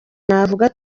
navuga